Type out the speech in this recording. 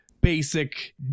basic